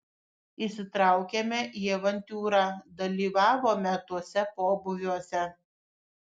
įsitraukėme į avantiūrą dalyvavome tuose pobūviuose